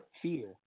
fear